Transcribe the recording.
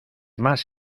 más